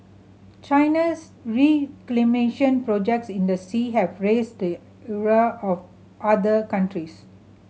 China's reclamation projects in the sea have raised the ire of other countries